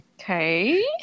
Okay